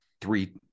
three